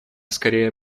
скорее